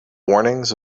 warnings